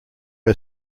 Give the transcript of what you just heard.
are